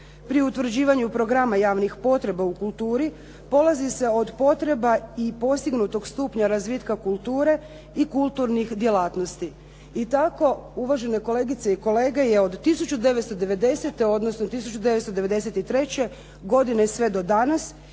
Pri utvrđivanju programa javnih potreba u kulturi polazi se od potreba i postignutog stupnja razvitka kulture i kulturnih djelatnosti. I tako uvažene kolegice i kolege je od 1990. odnosno 1993. godine sve do danas